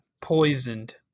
poisoned